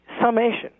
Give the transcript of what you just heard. summation